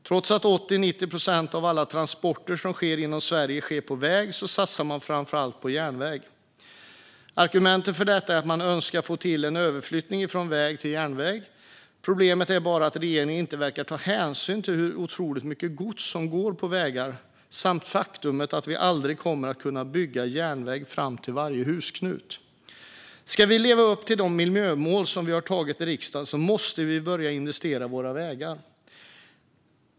Trots att 80-90 procent av alla transporter som sker inom Sverige sker på väg satsar man framför allt på järnväg. Argumentet för detta är att man önskar få till en överflyttning från väg till järnväg. Problemet är bara att regeringen inte verkar ta hänsyn till hur otroligt mycket gods som går på väg samt det faktum att vi aldrig kommer att kunna bygga järnväg fram till varje husknut. Ska vi leva upp till de miljömål som vi har antagit i riksdagen måste vi börja investera i våra vägar.